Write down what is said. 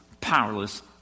powerless